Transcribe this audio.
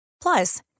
Plus